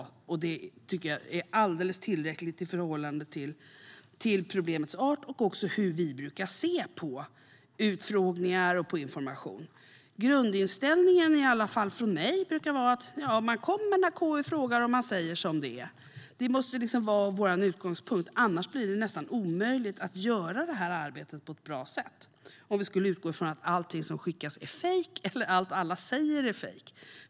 Det är alldeles tillräckligt i förhållande till problemets art och även i förhållande till hur vi brukar se på utfrågningar och information. Grundinställningen från i alla fall mig brukar vara: Man kommer när KU frågar, och man säger som det är. Det måste liksom vara vår utgångspunkt, annars blir det nästan omöjligt att göra arbetet på ett bra sätt - om vi skulle utgå från att allting som skickas är fejk eller att allt alla säger är fejk.